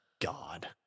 God